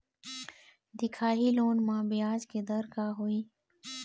दिखाही लोन म ब्याज के दर का होही?